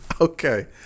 Okay